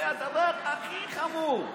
זה הדבר הכי חמור.